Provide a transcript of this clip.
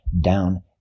down